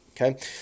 Okay